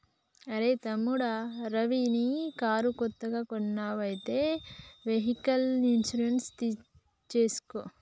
అరెయ్ తమ్ముడు రవి నీ కారు కొత్తగా కొన్నావ్ అయితే వెహికల్ ఇన్సూరెన్స్ చేసుకో